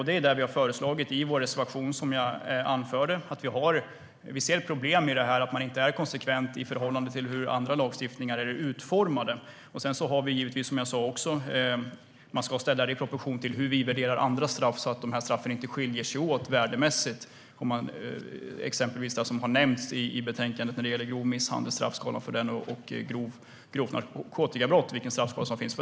Det är det vi har föreslagit i vår reservation som jag anförde att vi har. Vi ser problem med att man inte är konsekvent i förhållande till hur annan lagstiftning är utformad. Sedan ska det här också sättas i proportion till hur vi värderar andra straff så att straffen inte skiljer sig åt värdemässigt, exempelvis det som har nämnts i betänkandet när det gäller straffskalorna för grov misshandel och grovt narkotikabrott.